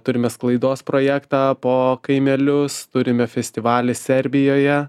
turime sklaidos projektą po kaimelius turime festivalį serbijoje